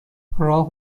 راه